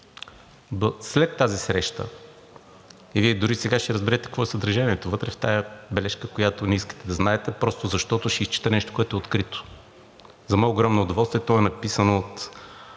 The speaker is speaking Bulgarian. След тази среща и Вие дори сега ще разберете какво е съдържанието вътре на тази бележка, което не искате да знаете, просто защото ще изчета нещо, което е открито. За мое огромно удоволствие то е написано от